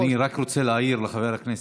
אני רק רוצה להעיר לחבר הכנסת: